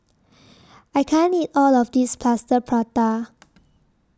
I can't eat All of This Plaster Prata